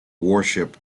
warship